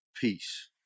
Peace